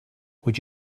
would